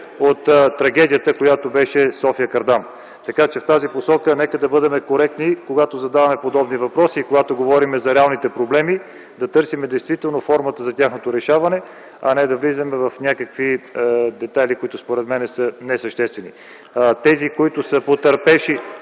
от трагедията, която беше във влака София-Кардам. (Силен шум и реплики от КБ.) В тази посока нека да бъдем коректни, когато задаваме подобни въпроси и когато говорим за реалните проблеми. Нека да търсим действително формата за тяхното решаване, не да влизаме в някакви детайли, които според мен са несъществени. Тези, които са потърпевши…